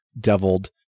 deviled